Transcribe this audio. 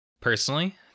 Personally